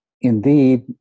indeed